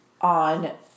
On